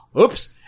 oops